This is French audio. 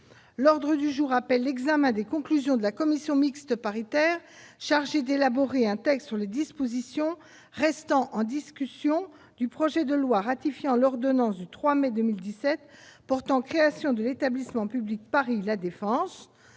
L'ordre du jour appelle l'examen des conclusions de la commission mixte paritaire chargée d'élaborer un texte sur les dispositions restant en discussion du projet de loi ratifiant l'ordonnance n° 2017-717 du 3 mai 2017 portant création de l'établissement public Paris La Défense